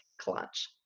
clutch